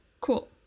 cool